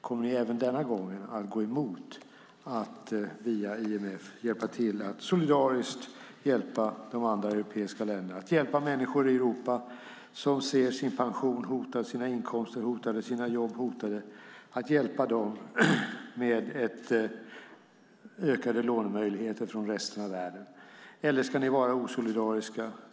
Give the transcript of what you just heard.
Kommer ni även denna gång att gå emot att via IMF solidariskt hjälpa de andra europeiska länderna och med ökade lånemöjligheter från resten av världen hjälpa människor i Europa som ser sin pension hotad, sina inkomster hotade, sina jobb hotade? Ska ni vara osolidariska?